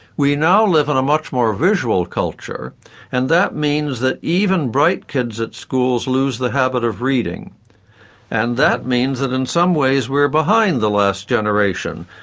we now live in a much more visual culture and that means that even bright kids at schools lose the habit of reading and that means that in some ways we're behind the last generation,